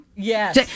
Yes